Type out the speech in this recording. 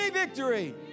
victory